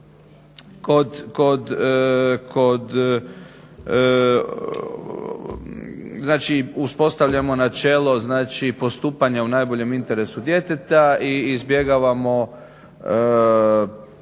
kod, znači uspostavljamo načelo, znači postupanja u najboljem interesu djeteta i izbjegavamo